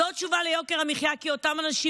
זאת תשובה ליוקר המחיה כי אותם אנשים